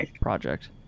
project